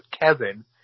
Kevin